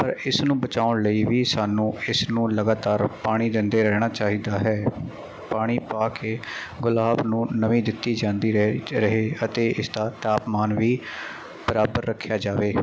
ਪਰ ਇਸ ਨੂੰ ਬਚਾਉਣ ਲਈ ਵੀ ਸਾਨੂੰ ਇਸ ਨੂੰ ਲਗਾਤਾਰ ਪਾਣੀ ਦਿੰਦੇ ਰਹਿਣਾ ਚਾਹੀਦਾ ਹੈ ਪਾਣੀ ਪਾ ਕੇ ਗੁਲਾਬ ਨੂੰ ਨਮੀ ਦਿੱਤੀ ਜਾਂਦੀ ਰਹੇ ਰਹੇ ਅਤੇ ਇਸਦਾ ਤਾਪਮਾਨ ਵੀ ਬਰਾਬਰ ਰੱਖਿਆ ਜਾਵੇ